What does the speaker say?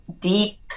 deep